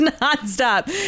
non-stop